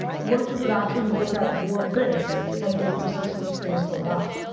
what if you could actually look at more things and make decisions based on that?